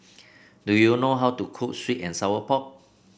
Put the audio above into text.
do you know how to cook sweet and Sour Pork